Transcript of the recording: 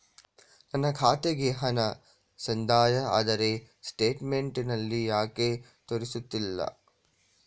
ನನ್ನ ಖಾತೆಗೆ ಹಣ ಸಂದಾಯ ಆದರೆ ಸ್ಟೇಟ್ಮೆಂಟ್ ನಲ್ಲಿ ಯಾಕೆ ತೋರಿಸುತ್ತಿಲ್ಲ?